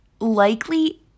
likely